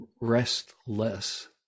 restless